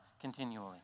continually